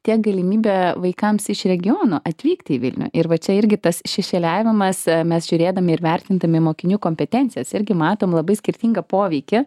tiek galimybė vaikams iš regiono atvykti į vilnių ir va čia irgi tas šešėliavimas mes žiūrėdami ir vertindami mokinių kompetencijas irgi matom labai skirtingą poveikį